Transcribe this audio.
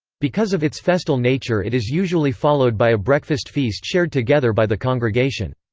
because of its festal nature it is usually followed by a breakfast feast shared together by the congregation.